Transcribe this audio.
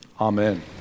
Amen